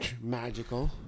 Magical